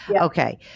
Okay